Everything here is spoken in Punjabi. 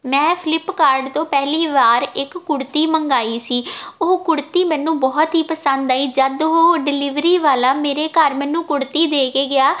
ਮੈਂ ਫਲਿੱਪਕਾਰਡ ਤੋਂ ਪਹਿਲੀ ਵਾਰ ਇੱਕ ਕੁੜਤੀ ਮੰਗਵਾਈ ਸੀ ਉਹ ਕੁੜਤੀ ਮੈਨੂੰ ਬਹੁਤ ਹੀ ਪਸੰਦ ਆਈ ਜਦੋਂ ਉਹ ਡਿਲੀਵਰੀ ਵਾਲਾ ਮੇਰੇ ਘਰ ਮੈਨੂੰ ਕੁੜਤੀ ਦੇ ਕੇ ਗਿਆ